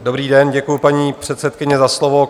Dobrý den, děkuju paní předsedkyně, za slovo.